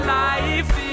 life